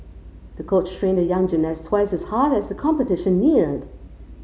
the coach trained the young gymnast twice as hard as the competition neared